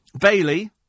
Bailey